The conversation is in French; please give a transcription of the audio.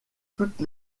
toutes